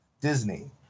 Disney